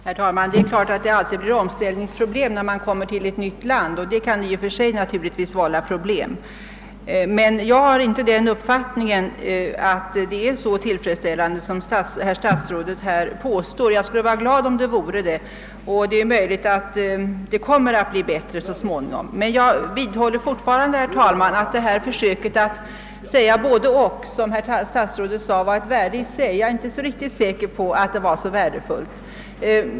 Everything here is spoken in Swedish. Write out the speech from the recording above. Herr talman! Det är klart att det alltid blir omställningsproblem när man kommer till ett nytt land, vilket i och för sig kan vålla svårigheter. Men jag har inte den uppfattningen att förhållandena rent allmänt är så tillfredsställande som herr statsrådet påstår; jag skulle naturligtvis vara glad om situationen var tillfredsställande. Det är möjligt att det kommer att bli bättre så småningom, men jag vidhåller att det för närvarande råder svårigheter. Statsrådet talade om ett både—och, som i sig självt skulle vara värdefullt. Jag är emellertid inte säker på att det förhåller sig så.